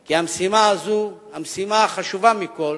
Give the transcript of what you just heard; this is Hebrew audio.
כי המשימה הזו, המשימה החשובה מכול,